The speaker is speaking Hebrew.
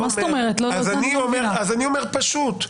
אני אומר פשוט.